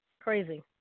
crazy